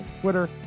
Twitter